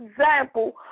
example